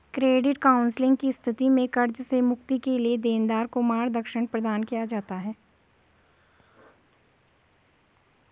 credit counselling की स्थिति में कर्ज से मुक्ति के लिए देनदार को मार्गदर्शन प्रदान किया जाता है